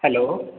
hello